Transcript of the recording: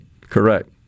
Correct